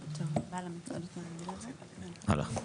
(ב)